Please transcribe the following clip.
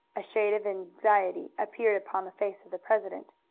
a shade of anxiety appeared upon the face of the president.